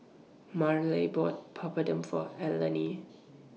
Mareli bought Papadum For Elaine